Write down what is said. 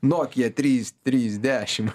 nokia trys trys dešim